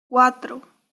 cuatro